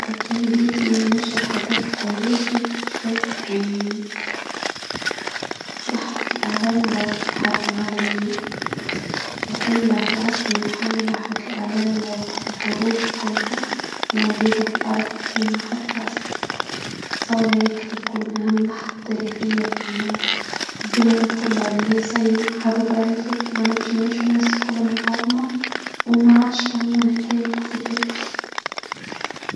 لو كان نشهد حدس تاريخي لحزة الاعلان على وقت الحرب العالمية والا في عصرنا الحالي لحظة الاعلان على وقف الحروب كلها موجودة في الارض منها حرب غزة متصورة ليه كده تكون اهم لحزة فالدنيا كلها لي الحروب راهي مع بعضنا ومعادش.